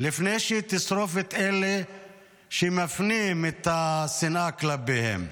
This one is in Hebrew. לפני שהיא תשרוף את אלה שמפנים את השנאה כלפיהם.